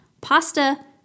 pasta